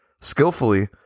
Skillfully